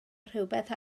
rhywbeth